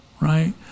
Right